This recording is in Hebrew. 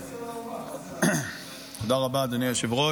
מוותר, חבר הכנסת אבי מעוז, אינו נוכח,